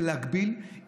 להגביל,